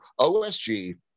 osg